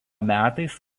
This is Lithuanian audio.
metais